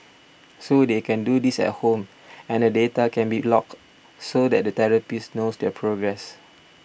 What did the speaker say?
so they can do this at home and the data can be logged so that the therapist knows their progress